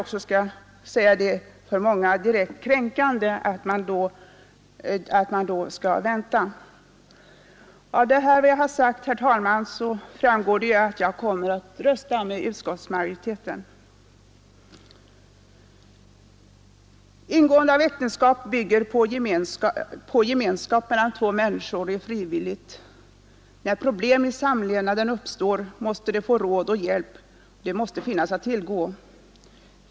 För många är det direkt kränkande att behöva vänta på skilsmässan. Av det jag här har sagt framgår att jag kommer att rösta på utskottsmajoritetens förslag. Ingående av äktenskap är en frivillig form av gemenskap mellan två människor. När problem i samlevnaden uppstår måste det finnas råd och hjälp att tillgå.